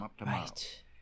Right